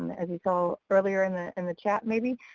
and as you saw earlier in the and the chat maybe,